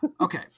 Okay